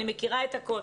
אני מכירה את הכל.